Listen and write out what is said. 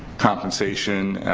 compensation